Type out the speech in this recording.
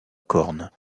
cornes